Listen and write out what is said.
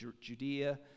Judea